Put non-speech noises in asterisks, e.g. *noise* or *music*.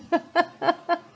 *laughs*